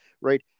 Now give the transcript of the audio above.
right